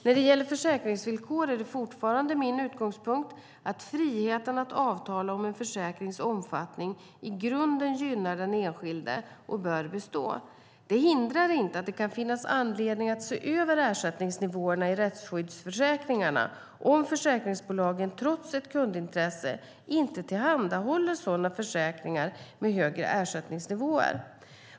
När det gäller försäkringsvillkor är det fortfarande min utgångspunkt att friheten att avtala om en försäkrings omfattning i grunden gynnar den enskilde och bör bestå. Det hindrar inte att det kan finnas anledning att se över ersättningsnivåerna i rättsskyddsförsäkringarna om försäkringsbolagen trots ett kundintresse inte tillhandahåller sådana försäkringar med högre ersättningsnivåer.